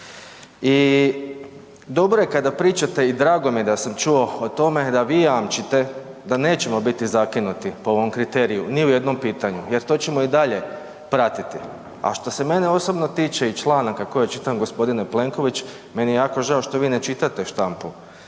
I dobro je kada pričate i drago mi je da sam čuo o tome da vi jamčite da nećemo biti zakinuti po ovom kriteriju ni u jednom pitanju jer to ćemo i dalje pratiti. A što se mene osobno tiče i članaka koje čitam, g. Plenković, meni je jako žao što vi ne čitate štampu